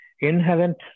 inherent